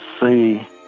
see